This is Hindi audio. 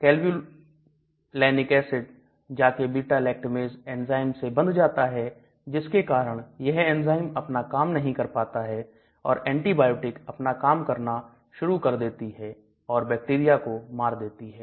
Calvulanic acid जाके beta lactamase एंजाइम से बंध जाता है जिसके कारण यह एंजाइम अपना काम नहीं कर पाता है और एंटीबायोटिक अपना काम करना शुरू कर देती है और बैक्टीरिया को मार देती है